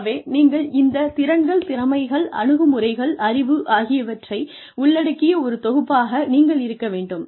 ஆகவே நீங்கள் இந்த திறன்கள் திறமைகள் அணுகுமுறைகள் அறிவு ஆகியவற்றை உள்ளடக்கிய ஒரு தொகுப்பாக நீங்கள் இருக்க வேண்டும்